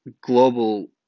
global